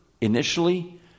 initially